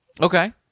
Okay